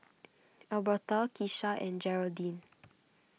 Albertha Kisha and Gearldine